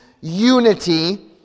unity